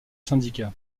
syndicat